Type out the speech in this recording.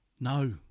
No